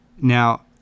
now